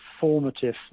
formative